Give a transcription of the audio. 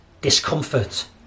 discomfort